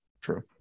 true